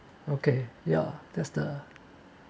okay ya that's the